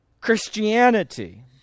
Christianity